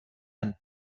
and